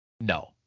No